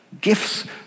Gifts